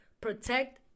protect